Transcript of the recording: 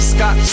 Scott